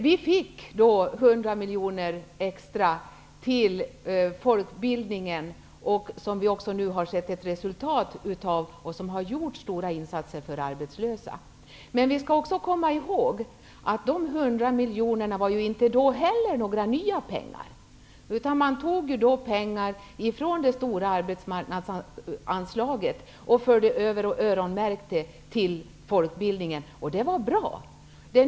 Vi fick sedan 100 miljoner extra till folkbildningen, och vi har sett resultatet därav. Stora insatser har gjorts för de arbetslösa. Men vi skall också komma ihåg att de 100 miljonerna inte var nya pengar, utan man tog från det stora arbetsmarknadsanslaget. Pengarna öronmärktes och fördes över till folkbildningen, och det var bra.